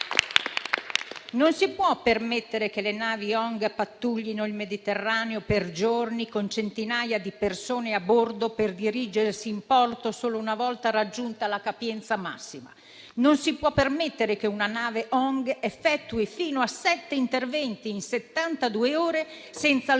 Non si può permettere che le navi ONG pattuglino il Mediterraneo per giorni con centinaia di persone a bordo, per dirigersi in porto solo una volta raggiunta la capienza massima. Non si può permettere che una nave ONG effettui fino a sette interventi in settantadue ore senza alcun